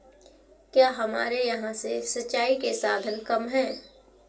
क्या हमारे यहाँ से सिंचाई के साधन कम है?